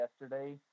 yesterday